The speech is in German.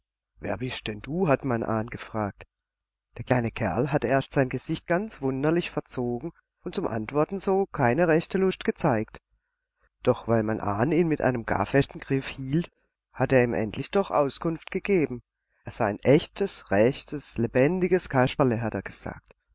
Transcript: wer bist denn du hat mein ahn gefragt der kleine kerl hat erst sein gesicht ganz wunderlich verzogen und zum antworten so recht keine lust gezeigt doch weil mein ahn ihn mit einem gar festen griff hielt hat er ihm endlich doch auskunft gegeben er sei ein echtes rechtes lebendiges kasperle hat er gesagt